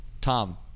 Tom